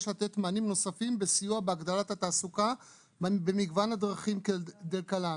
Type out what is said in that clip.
יש לתת מענים נוספים בסיוע בהגדלת התעסוקה במגוון הדרכים כדלקמן: